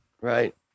right